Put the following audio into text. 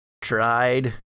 tried